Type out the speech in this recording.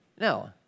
No